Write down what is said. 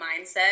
mindset